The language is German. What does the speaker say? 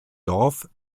dorf